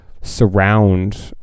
surround